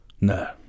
No